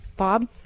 bob